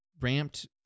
ramped